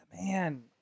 man